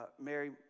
Mary